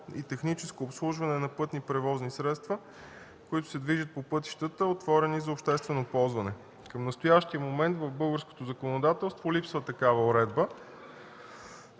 и техническо обслужване на пътни превозни средства, които се движат по пътищата, отворени за обществено ползване. Към настоящия момент в българското законодателство липсва такава уредба